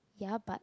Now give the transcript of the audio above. ya but